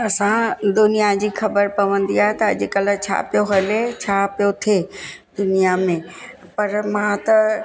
असां दुनिया जी ख़बर पवंदी आहे त अॼु कल्ह छा पियो हले छा पियो थिए दुनिया में पर मां त